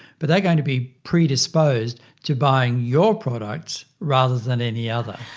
but they're going to be predisposed to buying your products rather than any other.